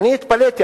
אני התפלאתי.